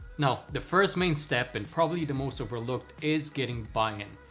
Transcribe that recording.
now, the first main step and probably the most overlooked is getting buy-in.